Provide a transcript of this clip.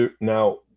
now